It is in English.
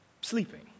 sleeping